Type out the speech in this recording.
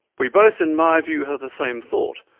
we both in my view have the same thought,